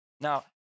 Now